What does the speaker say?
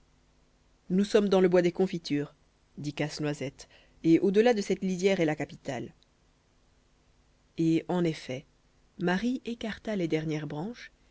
nous sommes dans le bois des confitures dit casse-noisette et au delà de cette lisière est la capitale et en effet marie écarta les dernières branches